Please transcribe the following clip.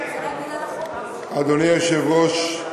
אדוני היושב-ראש,